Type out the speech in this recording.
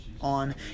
on